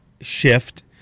shift